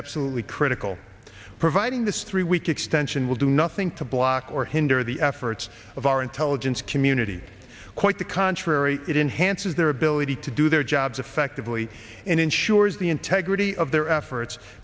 absolutely critical providing this three week extension will do nothing to block or hinder the efforts of our intelligence community quite the contrary it enhances their ability to do their jobs effectively and ensures the integrity of their efforts